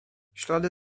ślady